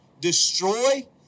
destroy